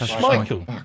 Michael